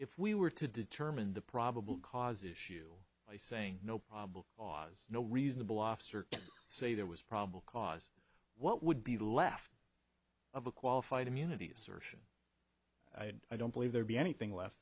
if we were to determine the probable cause issue by saying no probable cause no reasonable officer can say there was probable cause what would be left of a qualified immunity assertion i don't believe there be anything left